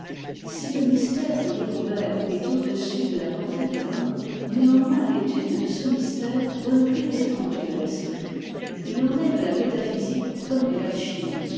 si le mystère de l'univers est au-dessus de la portée de l'homme néanmoins l'étude de ce mystère donne plus d'étendue à l'esprit i en est de la métaphysique comme de l'alchimie